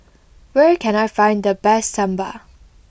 where can I find the best Sambar